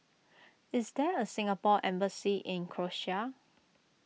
is there a Singapore Embassy in Croatia